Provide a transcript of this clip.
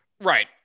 Right